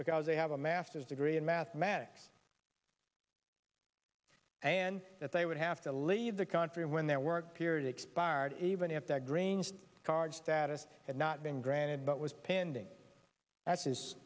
because they have a masters degree in mathematics and that they would have to leave the country when their work period expired even if that grange charge status had not been granted but was pending